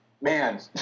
man